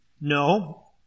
No